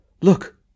look